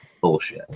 bullshit